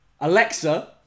Alexa